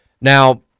Now